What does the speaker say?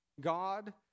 God